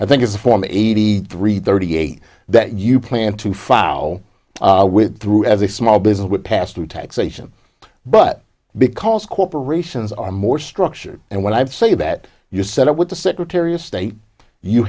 i think it's a form eighty three thirty eight that you plan to file with through as a small business would pass through taxation but because corporations are more structured and what i've say that you set up with the secretary of state you